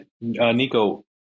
Nico